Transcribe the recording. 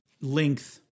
length